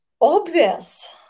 obvious